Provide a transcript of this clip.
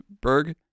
Berg